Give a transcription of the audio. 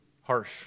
harsh